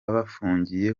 bafungiye